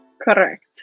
Correct